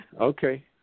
Okay